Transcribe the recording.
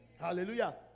hallelujah